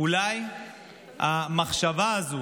אולי המחשבה הזו